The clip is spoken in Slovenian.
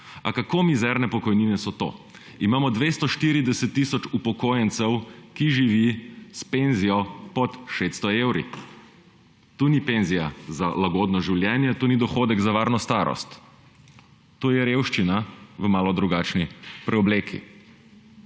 A kako mizerne pokojnine so to? Imamo 240 tisoč upokojencev, ki živi s penzijo pod 600 evri. To ni penzija za lagodno življenje. To ni dohodek za varno starost. To je revščina v malo drugačni preobleki.